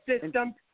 system